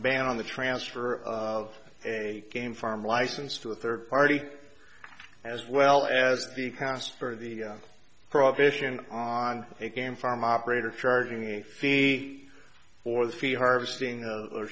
ban on the transfer of a game farm license to a third party as well as the cost for the prohibition on a game farm operator charging a fee for the fee harvesting or